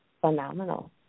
phenomenal